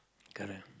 correct